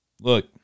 Look